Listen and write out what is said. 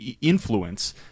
influence